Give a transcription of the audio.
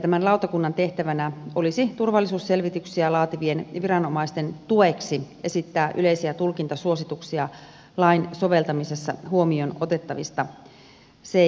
tämän lautakunnan tehtävänä olisi turvallisuusselvityksiä laativien viranomaisten tueksi esittää yleisiä tulkintasuosituksia lain soveltamisessa huomioon otettavista seikoista